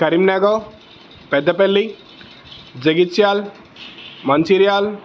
Karimnagar Peddapalli Jagtial Mancherial